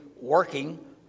working